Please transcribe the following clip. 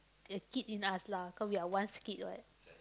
a kid in us lah cause we are once kids